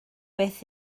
beth